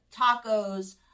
tacos